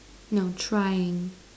no trying